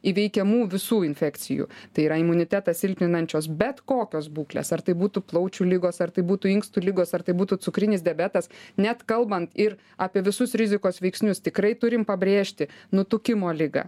įveikiamų visų infekcijų tai yra imunitetą silpninančios bet kokios būklės ar tai būtų plaučių ligos ar tai būtų inkstų ligos ar tai būtų cukrinis diabetas net kalbant ir apie visus rizikos veiksnius tikrai turim pabrėžti nutukimo ligą